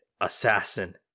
Assassin